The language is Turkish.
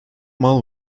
mal